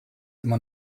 immer